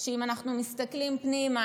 שאם אנחנו מסתכלים פנימה,